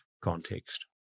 context